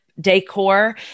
decor